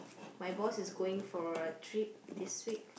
my boss is going for a trip this week